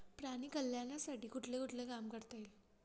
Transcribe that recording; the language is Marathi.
प्राणी कल्याणासाठी कुठले कुठले काम करता येईल?